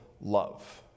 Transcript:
love